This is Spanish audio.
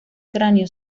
cráneo